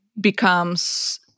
becomes